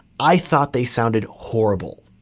i thought they sounded horrible.